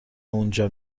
اونجا